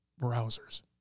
browsers